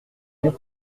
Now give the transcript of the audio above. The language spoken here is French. mieux